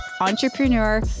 entrepreneur